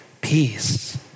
peace